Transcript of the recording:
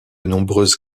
nombreuses